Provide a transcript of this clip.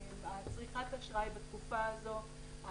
צריכת האשראי בתקופה הזאת,